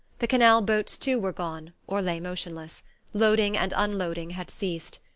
the canal-boats too were gone, or lay motionless loading and unloading had ceased.